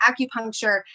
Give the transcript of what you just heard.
acupuncture